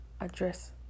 address